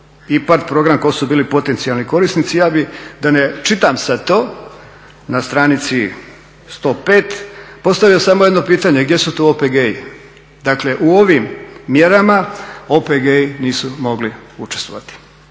IPARD program koji su bili potencijalni korisnici. Ja bih da ne čitam sad to na stranici 105. postavio sam jedno pitanje gdje su tu OPG-i? Dakle, u ovim mjerama OPG-i nisu mogli učestvovati.